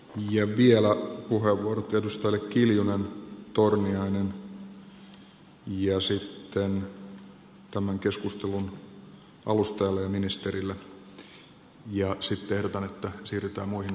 ja vielä puheenvuorot edustajille kiljunen torniainen ja sitten tämän keskustelun alustajalle ja ministerille ja sitten ehdotan että siirrytään muihin asioihin